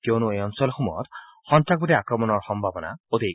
কিয়নো এই অঞ্চলসমূহত সন্তাসবাদী আক্ৰমণৰ সম্ভাৱনা অধিক